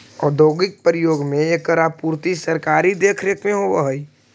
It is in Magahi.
औद्योगिक प्रयोग में एकर आपूर्ति सरकारी देखरेख में होवऽ हइ